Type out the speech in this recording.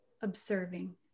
observing